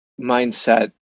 mindset